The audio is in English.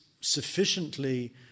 sufficiently